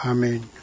Amen